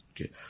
Okay